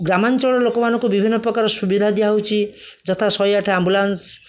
ଗ୍ରାମାଞ୍ଚଳର ଲୋକମାନଙ୍କୁ ବିଭିନ୍ନ ପ୍ରକାର ସୁବିଧା ଦିଆହେଉଛି ଯଥା ଶହେ ଆଠ ଆମ୍ବୁଲାନ୍ସ